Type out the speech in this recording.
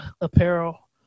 apparel